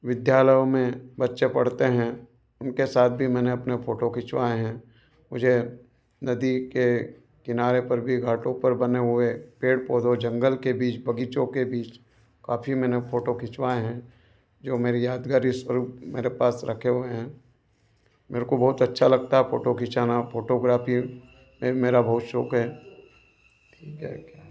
विद्यालयों में बच्चे पढ़ते हैं उनके साथ भी मैने अपने फोटो खिंचवाए हैं मुझे नदी के किनारों पर भी घाटों पर बने हुए पेड़ पौधों जंगल के बीच बगीचों के बीच काफी मैने फोटो खिंचवाएं हैं जो मेरी यादगारी स्वरूप मेरे पास रखें हुए हैं मेरे को बहुत अच्छा लगता है फोटो खींचना फोटोग्राफी में मेरा बहुत शौक़ है